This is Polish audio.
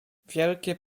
wielkie